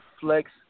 flex